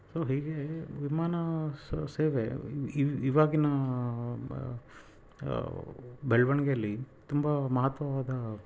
so ಹೀಗೇ ವಿಮಾನ ಸ ಸೇವೆ ಇವು ಇವು ಇವಾಗಿನ ಬೆಳವಣಿಗೆಯಲ್ಲಿ ತುಂಬ ಮಹತ್ವವಾದ